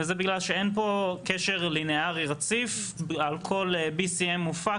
וזה בגלל שאין פה קשר ליניארי רציף על כל BCM מופק,